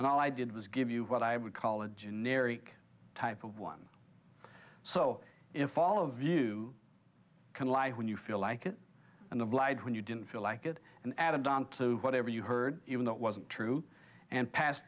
and all i did was give you what i would call a generic type of one so if all of you can lie when you feel like it and have lied when you didn't feel like it and added on to whatever you heard even though it wasn't true and passed